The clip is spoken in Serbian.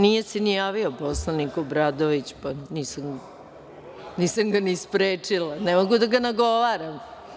Nije se ni javio poslanik Obradović, nisam ga ni sprečila, ne mogu da ga nagovaram.